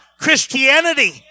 Christianity